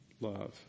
love